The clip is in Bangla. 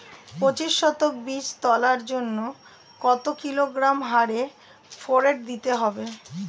পঁচিশ শতক বীজ তলার জন্য কত কিলোগ্রাম হারে ফোরেট দিতে হবে?